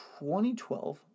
2012